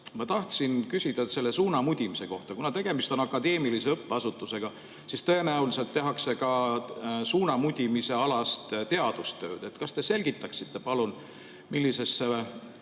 Ma tahtsin küsida selle suunamudimise kohta. Kuna tegemist on akadeemilise õppeasutusega, siis tõenäoliselt tehakse ka suunamudimisealast teadustööd. Kas te selgitaksite palun, millisesse